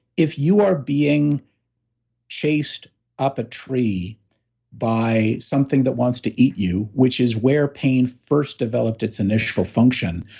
if you are being chased up a tree by something that wants to eat you, which is where pain first developed its initial function,